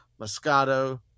Moscato